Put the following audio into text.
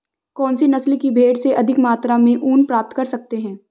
कौनसी नस्ल की भेड़ से अधिक मात्रा में ऊन प्राप्त कर सकते हैं?